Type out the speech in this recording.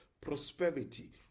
prosperity